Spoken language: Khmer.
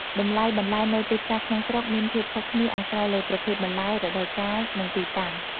តម្លៃបន្លែនៅទីផ្សារក្នុងស្រុកមានភាពខុសគ្នាអាស្រ័យលើប្រភេទបន្លែ រដូវកាល និងទីតាំង។